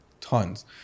tons